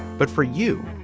but for you.